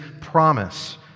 promise